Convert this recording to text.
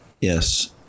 yes